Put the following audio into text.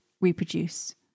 reproduce